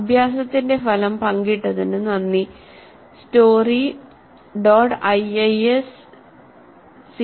അഭ്യാസത്തിന്റെ ഫലം പങ്കിട്ടതിന് നന്ദി story